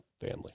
family